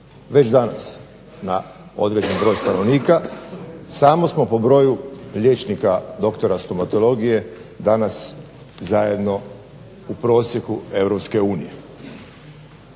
već danas na određeni broj stanovnika, samo smo po broju liječnika doktora stomatologije danas zajedno u prosjeku